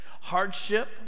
Hardship